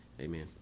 Amen